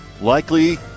likely